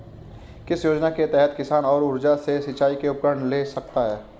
किस योजना के तहत किसान सौर ऊर्जा से सिंचाई के उपकरण ले सकता है?